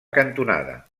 cantonada